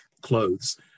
clothes